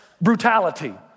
brutality